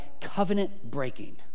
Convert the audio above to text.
covenant-breaking